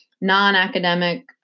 non-academic